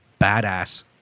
badass